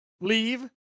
leave